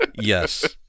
Yes